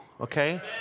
okay